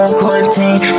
quarantine